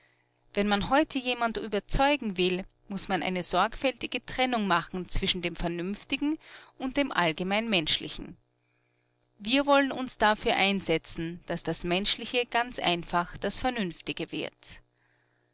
wenn man heute jemand überzeugen will muß man eine sorgfältige trennung machen zwischen dem vernünftigen und dem allgemein-menschlichen wir wollen uns dafür einsetzen daß das menschliche ganz einfach das vernünftige wird